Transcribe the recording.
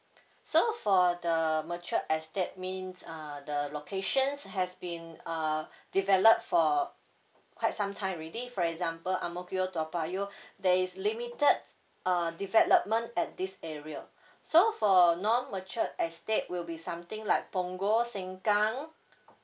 so for the mature estate means uh the locations has been uh developed for quite some time already for example ang mo kio toa payoh there is limited uh development at this area so for non mature estate will be something like punggol sengkang